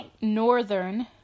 Northern